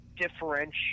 differentiate